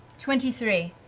twenty three.